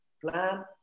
plan